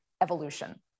evolution